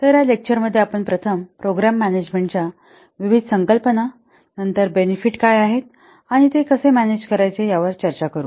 तर या लेक्चर मध्ये आपण प्रथम प्रोग्रॅम मॅनेजमेंटच्या विविध संकल्पना नंतर बेनिफिट काय आहेत आणि ते कसे मॅनेज करायचे यावर चर्चा करू